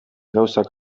gauzak